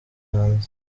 hanze